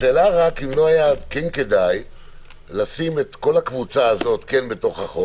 השאלה אם לא היה כדאי לשים את כל הקבוצה הזאת בחוק,